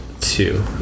Two